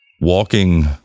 walking